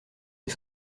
les